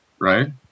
right